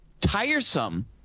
tiresome